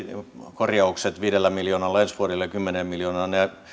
korjaukset viidellä miljoonalla ensi vuodelle kymmenellä miljoonalla